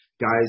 guys